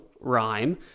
rhyme